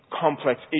complex